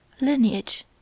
Lineage